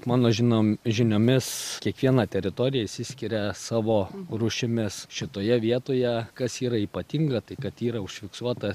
mano žinom žiniomis kiekviena teritorija išsiskiria savo rūšimis šitoje vietoje kas yra ypatinga tai kad yra užfiksuota